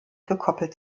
gekoppelt